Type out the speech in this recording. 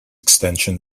extension